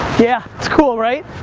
yeah. it's cool, right?